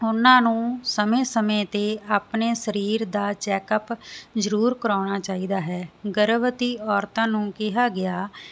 ਉਹਨਾਂ ਨੂੰ ਸਮੇਂ ਸਮੇਂ ਤੇ ਆਪਣੇ ਸਰੀਰ ਦਾ ਚੈਕਅਪ ਜਰੂਰ ਕਰਾਉਣਾ ਚਾਹੀਦਾ ਹੈ ਗਰਭਵਤੀ ਔਰਤਾਂ ਨੂੰ ਕਿਹਾ ਗਿਆ